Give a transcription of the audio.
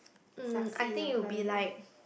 mm I think you'll be like